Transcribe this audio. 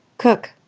cook